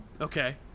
Okay